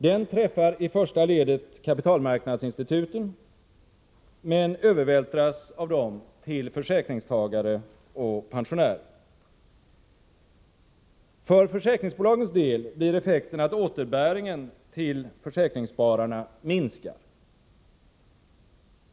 Den träffar i första ledet kapitalmarknadsinstituten, men övervältras av dem till försäkringstagare och pensionärer. För försäkringsbolagens del blir effekten att återbäringen till försäkringsspartagarna minskar.